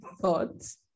thoughts